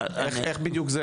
איך בדיוק?